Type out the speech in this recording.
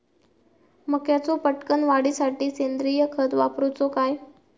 मक्याचो पटकन वाढीसाठी सेंद्रिय खत वापरूचो काय?